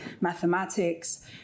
mathematics